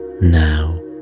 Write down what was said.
Now